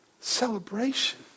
Celebration